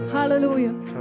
Hallelujah